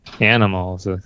animals